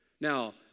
Now